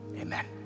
amen